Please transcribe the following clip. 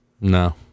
no